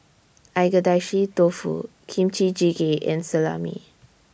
Agedashi Dofu Kimchi Jjigae and Salami